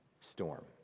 storm